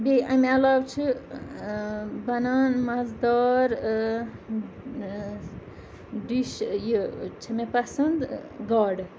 بیٚیہِ اَمہِ علاوٕ چھِ بَنان مَزٕدار ڈِش یہِ چھِ مےٚ پَسنٛد گاڈٕ